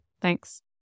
Thanks